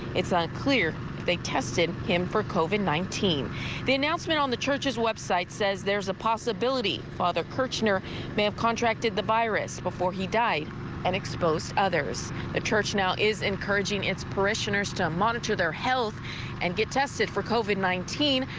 it's not clear they tested him for covid nineteen the announcement on the church's website says there's a possibility father perch near they have contracted the virus before he died an expose others the church now is encouraging its parishioners to monitor their health and get tested for covid nineteen.